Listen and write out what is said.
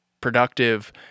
productive